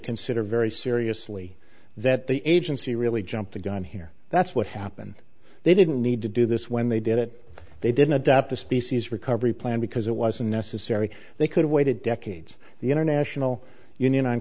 consider very seriously that the agency really jumped the gun here that's what happened they didn't need to do this when they did it they didn't adopt the species recovery plan because it wasn't necessary they could've waited decades the international union